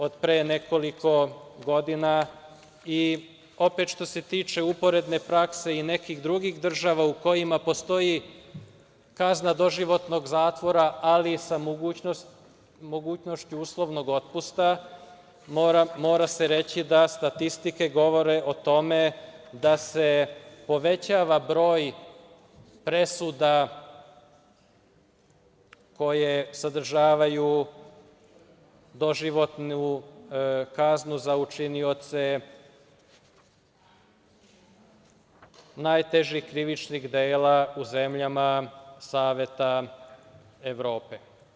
Od pre nekoliko godina i opet što se tiče uporedne prakse i nekih drugih država u kojima postoji kazna doživotnog zatvora, ali sa mogućnošću uslovnog otpusta, mora se reći da statistike govore o tome da se povećava broj presuda koje sadržavaju doživotnu kaznu za učinioce najtežih krivičnih dela u zemljama Saveta Evrope.